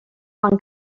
van